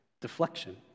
deflection